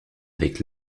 avec